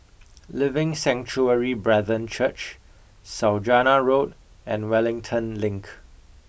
Living Sanctuary Brethren Church Saujana Road and Wellington Link